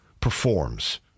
performs